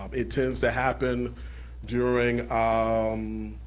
um it tends to happen during, um